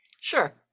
Sure